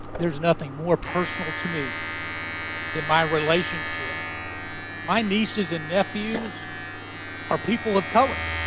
there's nothing more personal to me than my relationship my nieces and nephews are people of color.